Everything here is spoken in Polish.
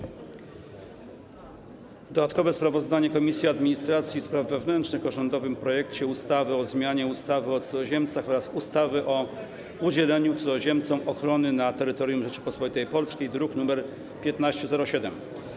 Przedstawiam dodatkowe sprawozdanie Komisji Administracji i Spraw Wewnętrznych o rządowym projekcie ustawy o zmianie ustawy o cudzoziemcach oraz ustawy o udzielaniu cudzoziemcom ochrony na terytorium Rzeczypospolitej Polskiej, druk nr 1507.